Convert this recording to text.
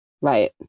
right